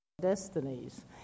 destinies